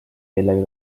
millega